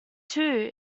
too